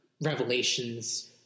revelations